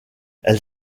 elle